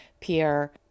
Pierre